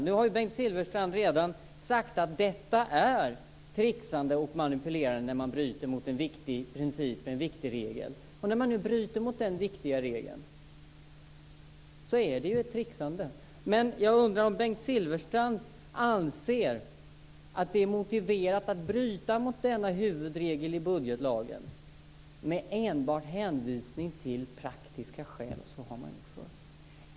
Nu har Bengt Silfverstrand redan sagt att det är tricksande och manipulerande när man bryter mot en viktig princip och en viktig regel. När man nu bryter mot den viktiga regeln är det ju ett tricksande. Men jag undrar om Bengt Silfverstrand anser att det är motiverat att bryta mot denna huvudregel i budgetlagen enbart med hänvisning till praktiska skäl och till att man har gjort så förr.